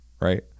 right